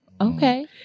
okay